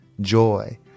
joy